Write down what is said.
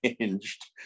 changed